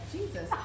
Jesus